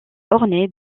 ornée